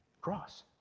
cross